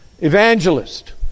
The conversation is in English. evangelist